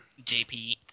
JP